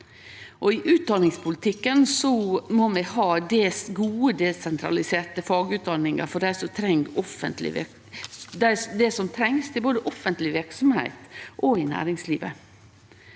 I utdanningspolitikken må vi ha gode, desentraliserte fagutdanningar til det som trengst, både i offentleg verksemd og i næringslivet.